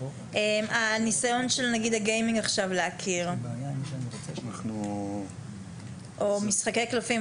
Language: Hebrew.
הניסיון של להכיר עכשיו בגיימינג או במשחקי קלפים,